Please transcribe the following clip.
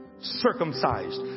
circumcised